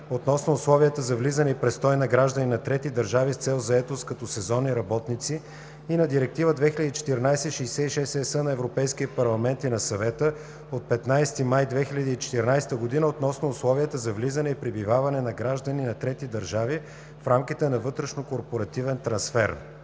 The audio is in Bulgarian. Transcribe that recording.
относно условията за влизане и престой на граждани на трети държави с цел заетост като сезонни работници и на Директива 2014/66/ЕС на Европейския парламент и на Съвета от 15 май 2014 г. относно условията за влизане и пребиваване на граждани на трети държави в рамките на вътрешнокорпоративен трансфер.